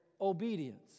obedience